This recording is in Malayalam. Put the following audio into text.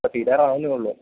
ഇപ്പം തീരാറാകുന്നെ ഉള്ളൂ